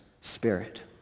spirit